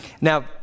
Now